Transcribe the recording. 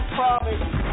promise